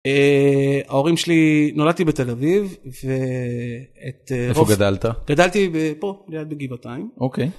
... ההורים שלי, נולדתי בתל אביב, ואת... -איפה גדלת? -גדלתי ב...פה ליד בגבעתיים. -אוקיי.